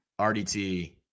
RDT